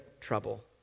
trouble